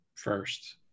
First